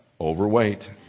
overweight